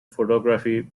photography